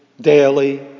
daily